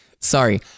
Sorry